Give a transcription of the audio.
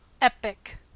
epic